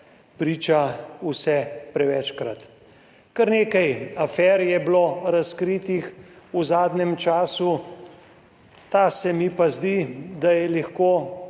priča vse prevečkrat. Kar nekaj afer je bilo razkritih v zadnjem času, ta se mi pa zdi, da je lahko